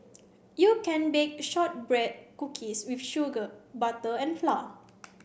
you can bake shortbread cookies with sugar butter and flour